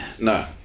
No